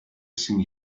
seen